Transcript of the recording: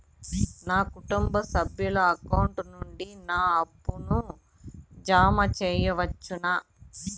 నా కుటుంబ సభ్యుల అకౌంట్ నుండి నా అప్పును జామ సెయవచ్చునా?